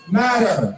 matter